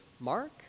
Mark